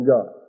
God